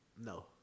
No